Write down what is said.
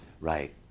Right